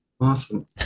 awesome